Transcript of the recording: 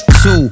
two